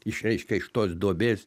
iš reiškia iš tos duobės